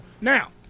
now